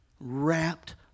Wrapped